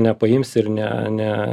nepaimsi ir ne ne